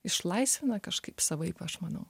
išlaisvina kažkaip savaip aš manau